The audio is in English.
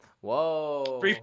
whoa